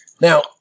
Now